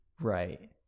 Right